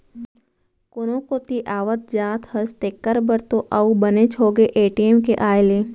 कोनो कोती आवत जात हस तेकर बर तो अउ बनेच होगे ए.टी.एम के आए ले